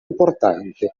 importante